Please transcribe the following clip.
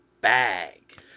bag